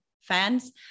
fans